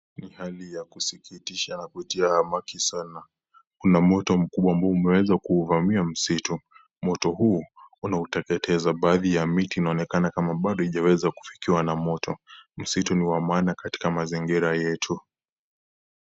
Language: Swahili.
Ni hali ya kusikitisha au njia ya hamaki sana. Kuna moto mkubwa ambao umeweza kuuvamia msitu. Moto huu, unautejeteza baadhi ya miti inaonekana kuwa bado ijaweza kufikiwa na moto. Msitu ni wa maana katika mazingira yetu.